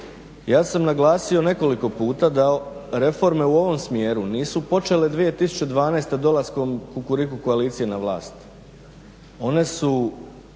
ja sam naglasio nekoliko puta da reforme u ovom smjeru nisu počele 2012. dolaskom Kukuriku koalicije na vlast, one su